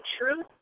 truth